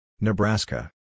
Nebraska